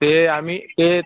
ते आम्ही ते